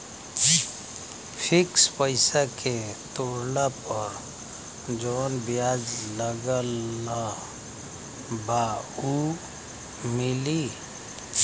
Fix पैसा के तोड़ला पर जवन ब्याज लगल बा उ मिली?